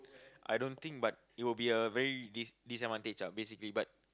I don't think but it will be a very dis~ disadvantage ah basically but